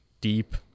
deep